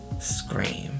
Scream